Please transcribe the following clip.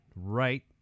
Right